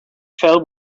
fell